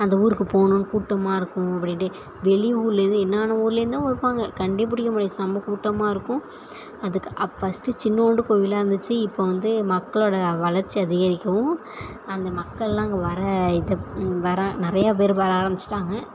அந்த ஊருக்கு போணுன்னு கூட்டமாக இருக்கும் அப்படின்ட்டே வெளி ஊர்லேருந்து என்னென்னா ஊர்லேருந்தோ வருவாங்க கண்டுபுடிக்க முடியாது செம கூட்டமாக இருக்கும் அதுக்கு அ ஃபஸ்ட்டு சின்னோண்டு கோவிலாக இருந்துச்சு இப்போ வந்து மக்களோடய வளர்ச்சி அதிகரிக்கவும் அந்த மக்கள்லாம் அங்கே வர இதை வர நிறையா பேர் வர ஆரம்பிச்சுட்டாங்க